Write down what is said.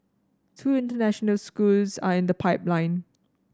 two international schools are in the pipeline